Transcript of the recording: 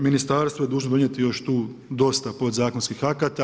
Ministarstvo je dužno donijeti još tu dosta podzakonskih akata.